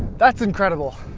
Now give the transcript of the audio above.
that's incredible.